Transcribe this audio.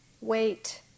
Wait